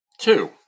two